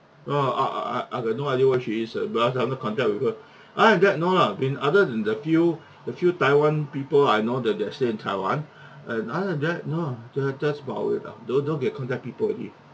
oh orh orh I I got no idea where she is uh but I haven't contact with her other than that no lah I mean other than the few the few taiwan people I know they they still in taiwan and other than that no uh that that's about it uh don't don't kept contact with people already